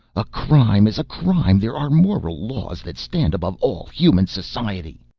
a crime is a crime! there are moral laws that stand above all human society.